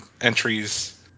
entries